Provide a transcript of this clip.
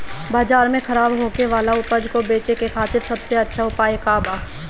बाजार में खराब होखे वाला उपज को बेचे के खातिर सबसे अच्छा उपाय का बा?